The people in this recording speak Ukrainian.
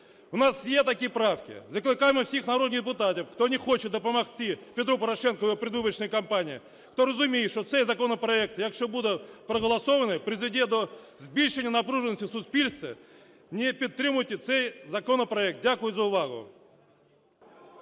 У нас є такі правки. Закликаємо всіх народних депутатів, хто не хоче допомогти Петру Порошенку у його передвиборчій кампанії, хто розуміє, що цей законопроект, якщо буде проголосований, призведе до збільшення напруженості в суспільстві, не підтримуйте цей законопроект. Дякую за увагу.